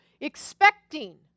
expecting